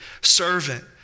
servant